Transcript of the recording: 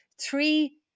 three